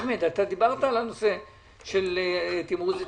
אחמד, אתה דיברת על הנושא של תמרוץ וטיפוח,